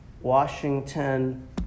Washington